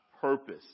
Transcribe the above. purpose